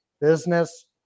business